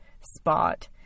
spot